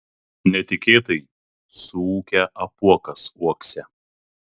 netikėtai suūkia apuokas uokse